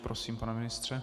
Prosím, pane ministře.